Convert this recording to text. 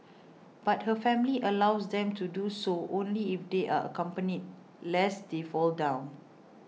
but her family allows them to do so only if they are accompanied lest they fall down